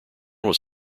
was